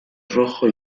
rojo